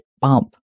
bump